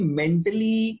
mentally